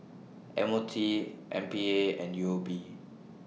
M O T M P A and U O B